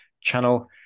channel